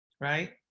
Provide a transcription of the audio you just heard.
right